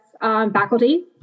faculty